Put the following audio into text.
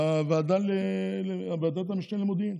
בוועדת המשנה למודיעין,